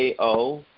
AO